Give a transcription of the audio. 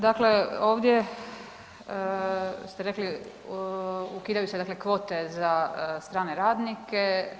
Dakle, ovdje ste rekli, ukidaju se dakle kvote za strane radnike.